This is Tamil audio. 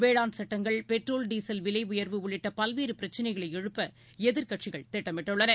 வேளாண் சட்டங்கள் பெட்ரோல் டீசல் விலையர்வு உள்ளிட்டபல்வேறுபிரச்சினைகளைஎழுப்பஎதிர்க்கட்சிகள் திட்டமிட்டுள்ளன